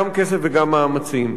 גם כסף וגם מאמצים.